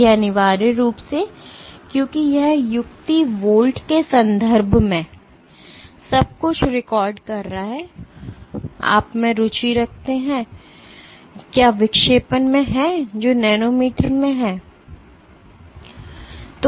यह अनिवार्य रूप से क्योंकि यह युक्ति वोल्ट के संदर्भ में सब कुछ रिकॉर्ड कर रहा है आप में रुचि रखते हैं क्या विक्षेपण में है जो नैनोमीटर में है